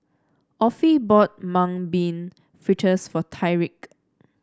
Offie bought Mung Bean Fritters for Tyrik